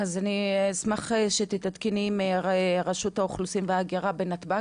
אז אני אשמח שתתעדכני עם רשות האוכלוסין וההגירה בנתב"ג,